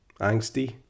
Angsty